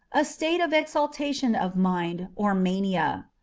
a state of exaltation of mind, or mania.